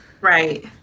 Right